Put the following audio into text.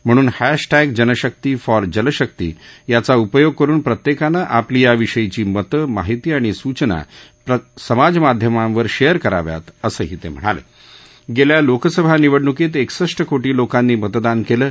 म्हणून हधटिग जनशक्ती फॉर जलशक्ती याचा उपयोग करून प्रत्यक्तीनं आपली या विषयीची मतं माहिती आणि सूचना समाज माध्यमांवर शक्ती कराव्यात असंही तम्हिणाल अखिा लोकसभा निवडणुकीत एकसप्ट कोटी लोकांनी मतदान कलि